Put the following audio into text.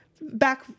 back